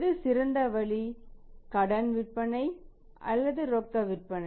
எது சிறந்த வழி கடன் விற்பனை அல்லது ரொக்க விற்பனை